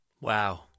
Wow